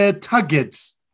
targets